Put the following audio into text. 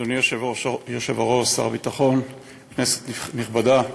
אדוני היושב-ראש, שר הביטחון, כנסת נכבדה,